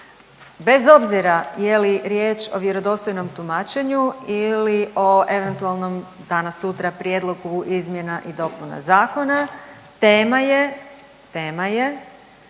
Bez obzira je li riječ o vjerodostojnom tumačenju ili o eventualnom danas sutra prijedlogu izmjena i dopuna zakona tema je,